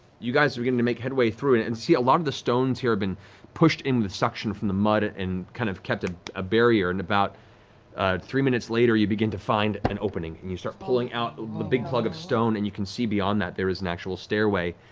you guys are beginning to make headway through, and you see a lot of the stones here have been pushed in with suction from the mud and kind of kept ah a barrier, and about three minutes later, you begin to find an opening, and you start pulling out a big plug of stone, and you can see beyond that, there is an actual stairway,